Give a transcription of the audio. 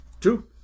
Two